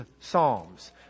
psalms